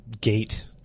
Gate